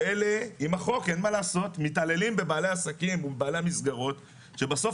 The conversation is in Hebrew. שאלה עם החוק מתעללים בבעלי עסקים ובבעלי המסגרות ובסוף